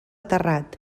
terrat